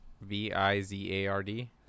V-I-Z-A-R-D